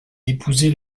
épousé